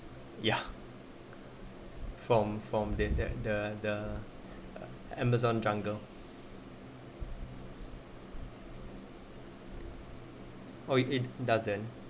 ya from from then that the the amazon jungle or it doesn't